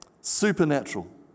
Supernatural